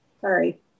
sorry